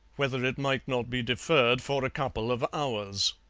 whether it might not be deferred for a couple of hours.